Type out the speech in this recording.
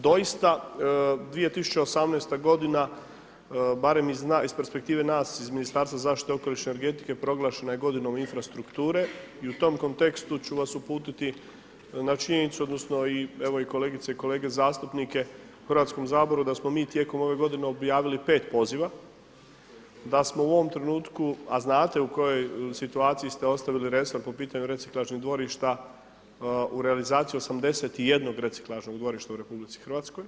Doista 2018. godina, barem iz perspektive nas iz Ministarstva zaštite okoliša i energetike proglašena je godinom infrastrukture i u tom kontekstu ću vas uputiti na činjenicu, odnosno evo i kolegice i kolege zastupnike u Hrvatskom saboru da smo mi tijekom ove godine objavili 5 poziva, da smo u ovom trenutku, a znate u kojoj situaciji ste ostavili resor po pitanju reciklažnih dvorišta u realizaciji 81 reciklažnog dvorišta u RH.